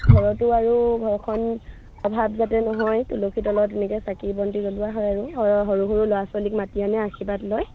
ঘৰতো আৰু ঘৰখন অভাৱ যাতে নহয় তুলসীৰ তলত তেনেকৈ চাকি বন্তি জ্বলোৱা হয় আৰু সৰু সৰু ল'ৰা ছোৱালীক মাতি আনে আশীৰ্বাদ লয়